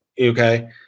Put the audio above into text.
Okay